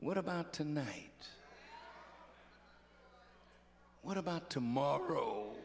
what about tonight what about tomorrow